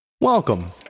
Welcome